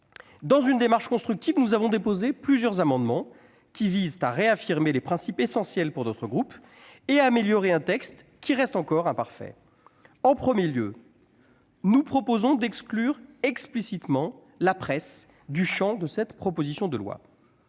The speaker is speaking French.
Dans une démarche constructive, nous avons déposé plusieurs amendements qui visent à réaffirmer les principes essentiels pour notre groupe et à améliorer un texte qui reste encore imparfait. Tout d'abord, nous proposons d'exclure explicitement la presse du champ de cette proposition de loi.